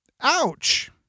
Ouch